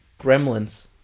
Gremlins